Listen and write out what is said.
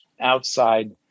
outside